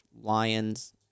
Lions